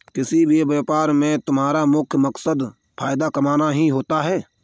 किसी भी व्यापार में तुम्हारा मुख्य मकसद फायदा कमाना ही होता है